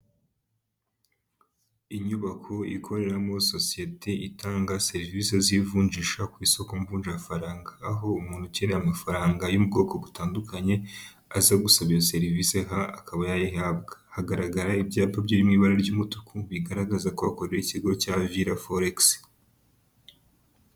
Inyubako ikoreramo sosiyete itanga serivisi z'ivunjisha ku isoko mvunja faranga aho umuntu ukeneye amafaranga yo mu bwoko butandukanye yaza gusaba iyo serivisi aha akaba yayihabwa hagaragara ibyapa birimo ibara ry'umutuku bigaragaza ko akorera ikigo cya VIRA forex